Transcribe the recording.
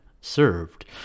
served